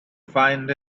find